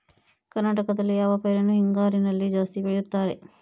ಕರ್ನಾಟಕದಲ್ಲಿ ಯಾವ ಪೈರನ್ನು ಹಿಂಗಾರಿನಲ್ಲಿ ಜಾಸ್ತಿ ಬೆಳೆಯುತ್ತಾರೆ?